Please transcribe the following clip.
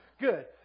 Good